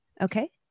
Okay